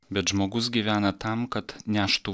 bet žmogus gyvena tam kad neštų